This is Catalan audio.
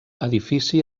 edifici